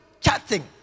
chatting